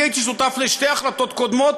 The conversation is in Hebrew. כבר הייתי שותף לשתי החלטות קודמות,